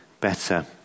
better